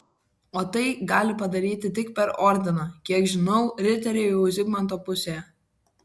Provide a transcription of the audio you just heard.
o tai gali padaryti tik per ordiną kiek žinau riteriai jau zigmanto pusėje